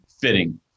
fitting